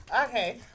Okay